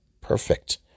Perfect